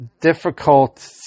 difficult